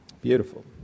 Beautiful